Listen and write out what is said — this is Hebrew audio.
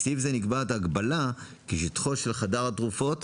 בסעיף זה גם נקבעה הגבלה כי שטחו של חדר התרופות